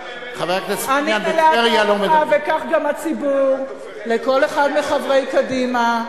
אני מלאת הערכה לכל אחד מחברי קדימה.